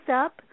up